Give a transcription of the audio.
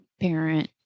parent